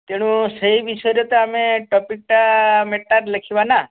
ତେଣୁ ସେଇ ବିଷୟରେ ତ ଆମେ ଟପିକ୍ଟା ମେଟାରେ ଲେଖିବା ନା